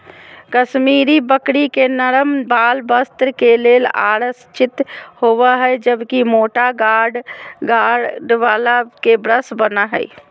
कश्मीरी बकरी के नरम वाल वस्त्र के लेल आरक्षित होव हई, जबकि मोटा गार्ड वाल के ब्रश बन हय